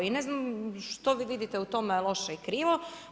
I ne znam, što vi vidite u tome loše i krivo.